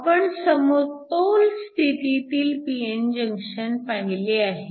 आपण समतोल स्थितीतील pn जंक्शन पाहिले आहे